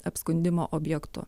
apskundimo objektu